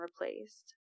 replaced